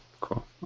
cool